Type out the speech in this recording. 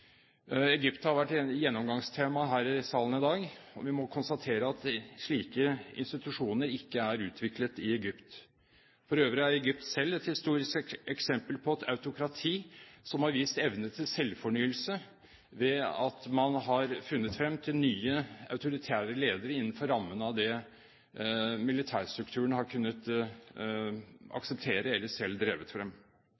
Egypt har vært gjennomgangstema her i salen i dag, og vi må konstatere at slike institusjoner ikke er utviklet i Egypt. For øvrig er Egypt selv et historisk eksempel på et autokrati som har vist evne til selvfornyelse ved at man har funnet frem til nye autoritære ledere innenfor rammen av det militærstrukturen har kunnet